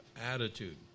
attitude